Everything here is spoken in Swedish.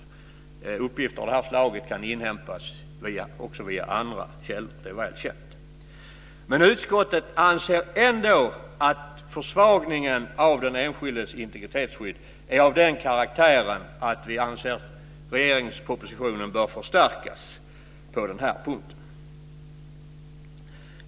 Uppgifter av det här slaget kan inhämtas också via andra källor. Det är väl känt. Men utskottet anser ändå att försvagningen av den enskildes integritetsskydd är av den karaktären att regeringspropositionen bör förstärkas på den här punkten.